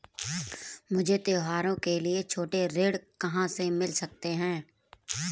मुझे त्योहारों के लिए छोटे ऋृण कहां से मिल सकते हैं?